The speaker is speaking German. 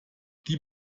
die